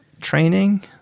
training